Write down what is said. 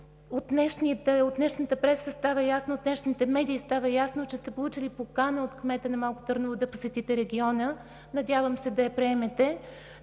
оповести за какво става дума. От днешните медии става ясно, че сте получили покана от кмета на Малко Търново да посетите региона. Надявам се да я приемете.